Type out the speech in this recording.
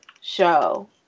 show